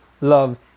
Love